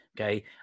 okay